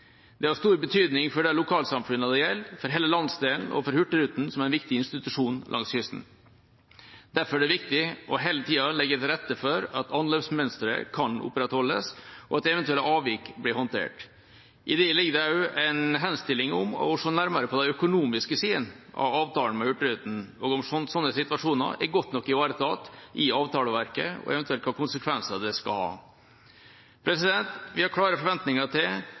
er av stor betydning for lokalsamfunnene det gjelder, for hele landsdelen og for Hurtigruten som en viktig institusjon langs kysten. Derfor er det viktig hele tida å legge til rette for at anløpsmønsteret kan opprettholdes, og at eventuelle avvik blir håndtert. I det ligger det også en henstilling om å se nærmere på de økonomiske sidene av avtalen med Hurtigruten og hvorvidt slike situasjoner er godt nok ivaretatt i avtaleverket og eventuelt hvilke konsekvenser det skal ha. Vi har klare forventninger til